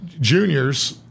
juniors